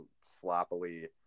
sloppily